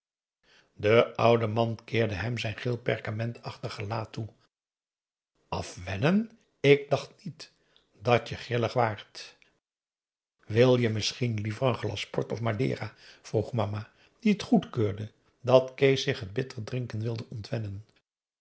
de oude man keerde hem zijn geel perkamentachtig gelaat toe afwennen ik dacht niet dat je grillig waart wil je misschien liever n glas port of madera vroeg mama die het goedkeurde dat kees zich het bitter drinken wilde ontwennen